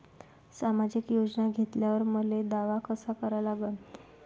सामाजिक योजना घेतल्यावर मले दावा कसा करा लागन?